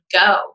go